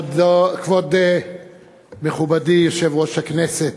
כבוד מכובדי יושב-ראש הכנסת,